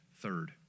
Third